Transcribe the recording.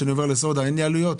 כשאני עובר לסודה אין לי עלויות?